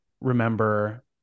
remember